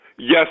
Yes